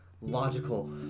logical